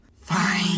Fine